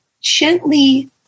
gently